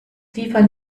liefern